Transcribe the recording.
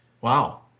Wow